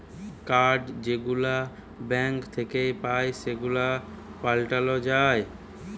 card যেগুলা bank থ্যাইকে পাই সেগুলাকে পাল্টাল যায়